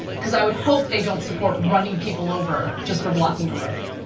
because i would hope they don't support running people over just for blocking a road.